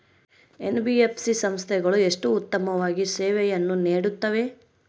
NBFC ಸಂಸ್ಥೆಗಳು ಎಷ್ಟು ಉತ್ತಮವಾಗಿ ಸೇವೆಯನ್ನು ನೇಡುತ್ತವೆ?